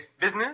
business